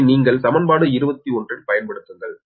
இதை நீங்கள் சமன்பாடு 21 ல் பயன்படுத்துங்கள்